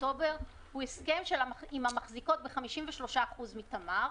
אוקטובר הוא הסכם עם המחזיקות ב-53% מתמר,